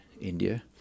India